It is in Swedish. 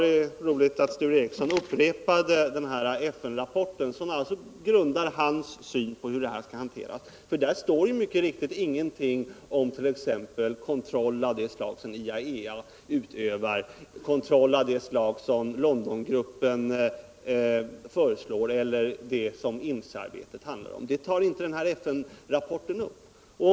Det var bra att Sture Ericson upprepade sitt citat ur FN-rapporten — den ligger ju till grund för hans syn på hur denna fråga skall hanteras. Där står ju mycket riktigt inte någonting om t.ex. kontroll av det slag som IAEA utövar, kontroll av det slag som Londongruppen föreslår eller sådant som INFCE arbetet handlar om. FN-rapporten tar inte upp detta.